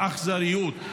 באכזריות,